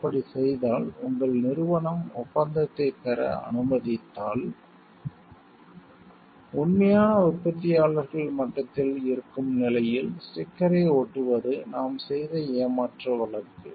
அப்படிச் செய்தால் உங்கள் நிறுவனம் ஒப்பந்தத்தைப் பெற அனுமதித்தால் உண்மையான உற்பத்தியாளர்கள் மட்டத்தில் இருக்கும் நிலையில் ஸ்டிக்கரை ஒட்டுவது நாம் செய்த ஏமாற்று வழக்கு